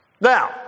Now